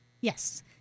Yes